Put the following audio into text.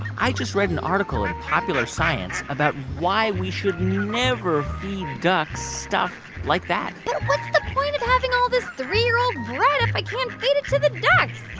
i just read an article in popular science about why we should never feed ducks stuff like that but what's the point of having all this three year old bread if i can't feed to the ducks?